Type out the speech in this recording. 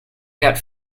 got